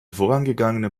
vorangegangenen